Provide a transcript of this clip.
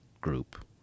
group